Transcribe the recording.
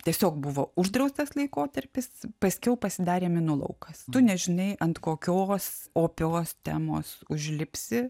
tiesiog buvo uždraustas laikotarpis paskiau pasidarė minų laukas tu nežinai ant kokios opios temos užlipsi